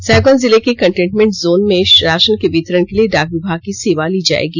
साहिबगंज जिले के containment zone में राशन के वितरण के लिए डाक विभाग की सेवा ली जाएगी